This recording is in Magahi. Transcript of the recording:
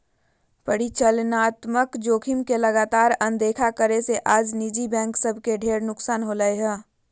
परिचालनात्मक जोखिम के लगातार अनदेखा करे से आज निजी बैंक सब के ढेर नुकसान होलय हें